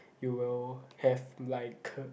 you will have like